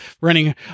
running